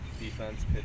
defense